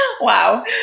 wow